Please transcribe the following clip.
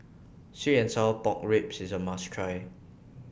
Sweet and Sour Pork Ribs IS A must Try